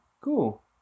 Cool